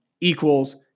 equals